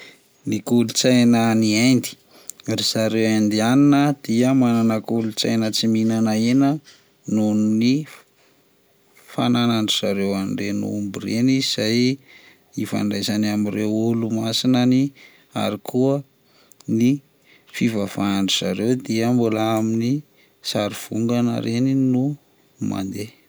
Ny kolotsaina any Inde, ry zareo indianina dia manana kolotsaina tsy mihinana hena nohon'ny fananan'ny zareo ireny omby ireny izay ifandraisany amin'ireo olo-masinany, ary koa ny fivavahan-ndry zareo dia mbola amin'ny sary vongana ireny no mandeha.